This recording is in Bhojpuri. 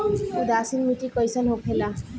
उदासीन मिट्टी कईसन होखेला?